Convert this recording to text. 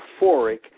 euphoric